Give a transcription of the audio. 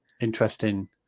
interesting